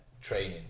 training